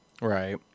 Right